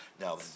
Now